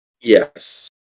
Yes